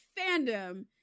fandom